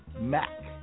Mac